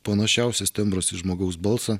panašiausias tembras į žmogaus balsą